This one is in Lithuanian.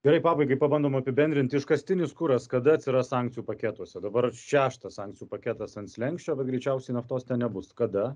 gerai pabaigai pabandom apibendrinti iškastinis kuras kada atsiras sankcijų paketuose dabar šeštas sankcijų paketas ant slenksčio bet greičiausiai naftos ten nebus kada